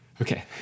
Okay